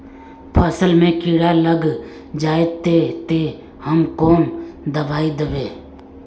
फसल में कीड़ा लग जाए ते, ते हम कौन दबाई दबे?